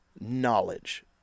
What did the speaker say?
knowledge